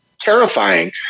terrifying